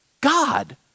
God